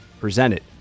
presented